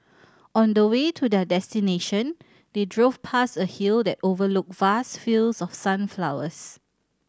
on the way to their destination they drove past a hill that overlooked vast fields of sunflowers